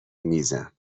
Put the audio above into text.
میزم